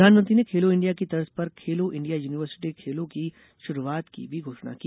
प्रधानमंत्री ने खेलों इंडिया की तर्ज पर खेलो इंडिया यूनिवर्सिटी खेलो की शुरूआत की भी घोषणा की